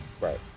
Right